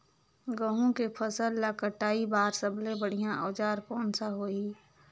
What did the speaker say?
गहूं के फसल ला कटाई बार सबले बढ़िया औजार कोन सा होही?